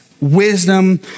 wisdom